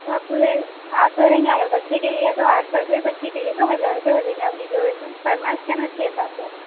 تو آپ کو لگے گا آٹھ سو رہیں گا اگر بچے کے لیے تو آٹھ سو روپئے بچی کے لیے تو ہزار روپئے ہو جائیں گا آپ کی جو فرمائش کرنا اس کے حساب سے